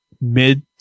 mid